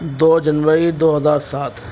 دو جنوری دو ہزار سات